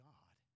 God